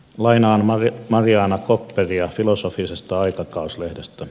lainaan marjaana kopperia filosofisesta aikakauslehdestä